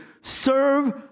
Serve